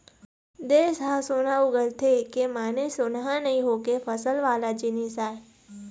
देस ह सोना उगलथे के माने सोनहा नइ होके फसल वाला जिनिस आय